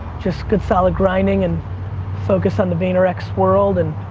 just good solid grinding and focus on the vaynerx world and